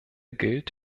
gilt